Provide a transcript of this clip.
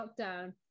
lockdown